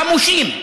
חמושים,